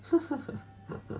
ha ha ha